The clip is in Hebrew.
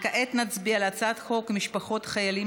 כעת נצביע על הצעת חוק משפחות חיילים